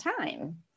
time